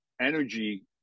energy